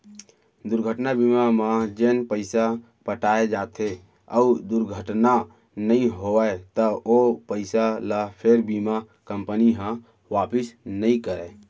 दुरघटना बीमा म जेन पइसा पटाए जाथे अउ दुरघटना नइ होवय त ओ पइसा ल फेर बीमा कंपनी ह वापिस नइ करय